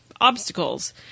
obstacles